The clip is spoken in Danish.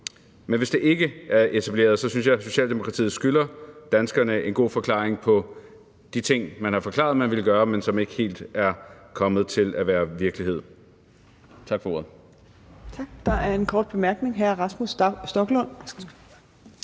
Men hvis det ikke er etableret, synes jeg, at Socialdemokratiet skylder danskerne en god forklaring på de ting, man har forklaret man ville gøre, men som ikke helt er kommet til at være virkelighed.